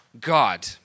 God